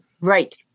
Right